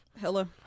Hello